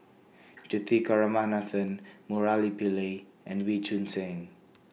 Juthika Ramanathan Murali Pillai and Wee Choon Seng